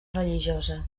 religiosa